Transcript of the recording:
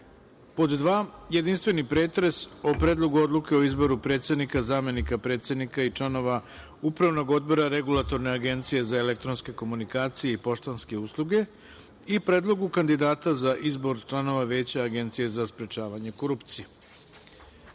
zajednički jedinstveni pretres o: Predlogu odluke o izboru predsednika, zamenika predsednika i članova Upravnog odbora Regulatorne agencije za elektronske komunikacije i poštanske usluge i Predlogu kandidata za izbor članova Veća Agencije za sprečavanje korupcije. Da